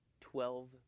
Twelve